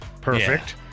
perfect